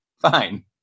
Fine